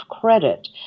credit